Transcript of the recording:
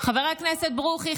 חבר הכנסת ברוכי,